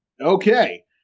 Okay